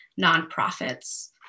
nonprofits